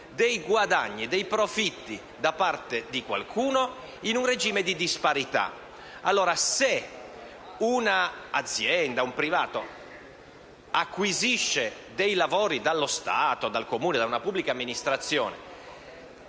guadagni o profitti da parte di qualcuno in un regime di disparità. Allora, se un'azienda, piuttosto che un privato, acquisiscono dei lavori dallo Stato, dal Comune o da una pubblica amministrazione